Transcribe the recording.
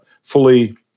Fully